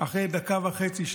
אחרי דקה וחצי,